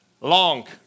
long